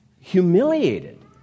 humiliated